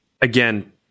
Again